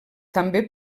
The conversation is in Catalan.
també